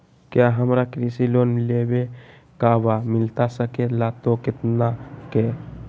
क्या हमारा कृषि लोन लेवे का बा मिलता सके ला तो कितना के?